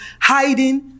hiding